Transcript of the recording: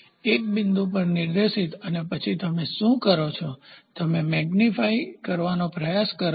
એક બિંદુ પર નિર્દેશિત અને પછી તમે શું કરો છો તમે મેગ્નીફાયબૃહદ બનાવવાનો પ્રયાસ કરો